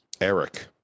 Eric